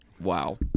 Wow